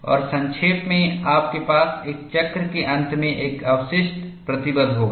और संक्षेप में आपके पास एक चक्र के अंत में एक अवशिष्ट प्रतिबल होगा